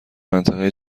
منطقه